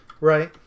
Right